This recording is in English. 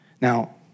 Now